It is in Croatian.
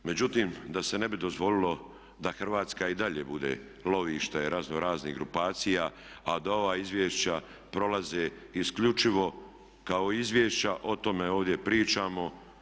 Međutim, da se ne bi dozvolilo da Hrvatska i dalje bude lovište razno raznih grupacija, a da ova izvješća prolaze isključivo kao izvješća o tome ovdje pričamo.